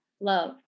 love